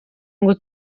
ngo